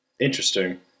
Interesting